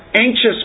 anxious